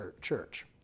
church